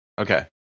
Okay